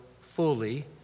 fully